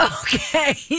Okay